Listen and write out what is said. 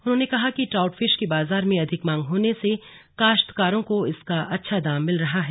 उन्होंने कहा कि ट्राउट फिश की बाजार में अधिक मांग होने से काश्तकारों को इसका अच्छा दाम मिल रहा है